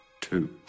two